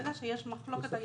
ברגע שיש מחלוקת,